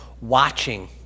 watching